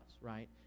right